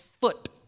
foot